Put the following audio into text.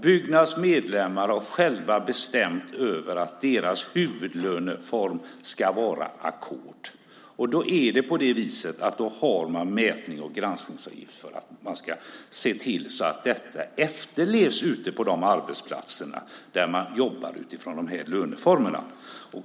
Byggnads medlemmar har själva bestämt att deras huvudlöneform ska vara ackord, och då är det så att man har mätning och granskningsavgift för att se till att detta efterlevs ute på de arbetsplatser där man jobbar utifrån dessa löneformer.